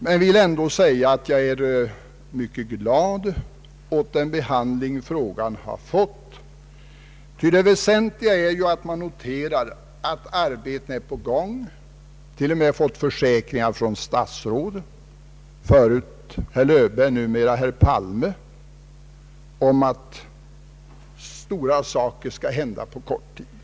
Jag vill ändå säga att jag är mycket glad över den behandling som frågan har fått, ty det väsentliga är att här kunna notera att arbetena är på gång; försäkringar har ju till och med givits av statsråd — tidigare herr Löfberg och nu herr Palme — som innebär att stora saker skall hända på kort tid.